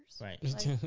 Right